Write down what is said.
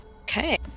Okay